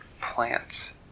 plants